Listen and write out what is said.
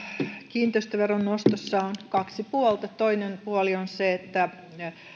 kiinteistöveron nostossa on kaksi puolta toinen puoli on se että